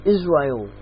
Israel